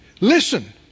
Listen